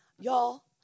Y'all